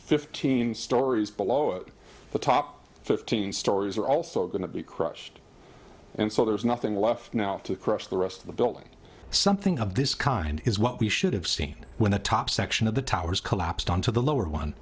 fifteen stories below the top fifteen stories are also going to be crushed and so there's nothing left now to crush the rest of the building something of this kind is what we should have seen when the top section of the towers collapsed on to the lower one